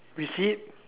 is it